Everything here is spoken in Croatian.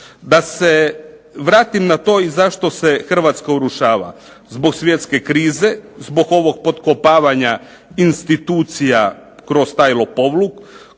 Da se vratim na to i zašto se Hrvatska urušava. Zbog svjetske krize, zbog ovog potkopavanja institucija kroz taj lopovluk,